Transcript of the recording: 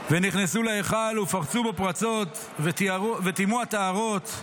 ונכנסו להיכל ופרצו בו פרצות, וטימאו הטהרות,